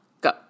go